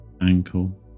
ankle